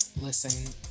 Listen